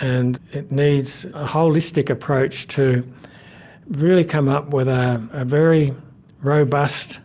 and it needs a holistic approach to really come up with ah a very robust